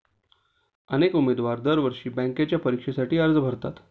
अनेक उमेदवार दरवर्षी बँकेच्या परीक्षेसाठी अर्ज भरतात